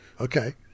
Okay